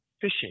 fishing